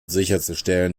sicherzustellen